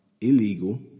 illegal